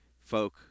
folk